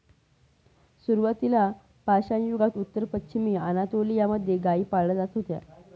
सुरुवातीला पाषाणयुगात उत्तर पश्चिमी अनातोलिया मध्ये गाई पाळल्या जात होत्या